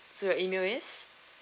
so your email is